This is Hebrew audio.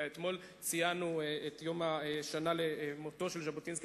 ואתמול ציינו את יום השנה למותו של ז'בוטינסקי,